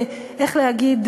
איך להגיד,